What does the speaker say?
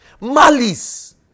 malice